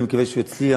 ואני מקווה שהוא יצליח.